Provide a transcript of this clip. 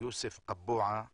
יוסף קבועה